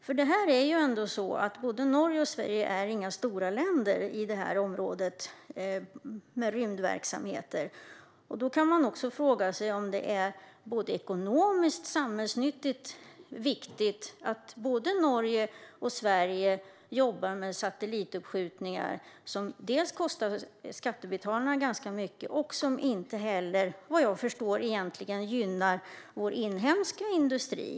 Varken Norge eller Sverige är stora länder inom rymdverksamhet, och då kan man fråga sig om det är ekonomiskt och samhällsnyttigt viktigt att både Norge och Sverige jobbar med satellituppskjutningar. Dels kostar de ju skattebetalarna ganska mycket, dels, såvitt jag förstår, gynnar de inte vår inhemska industri.